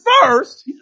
first